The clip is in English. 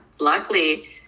luckily